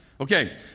Okay